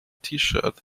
tshirt